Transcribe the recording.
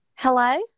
Hello